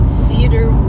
cedar